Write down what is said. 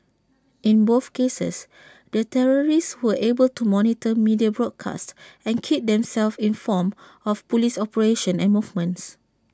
in both cases the terrorists were able to monitor media broadcasts and keep themselves informed of Police operations and movements